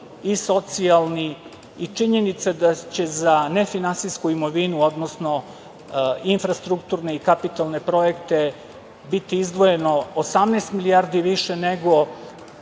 i socijalni i činjenica da će za nefinansijsku imovinu odnosno infrastrukturne i kapitalne projekte biti izdvojeno 18 milijardi više nego